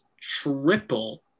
triple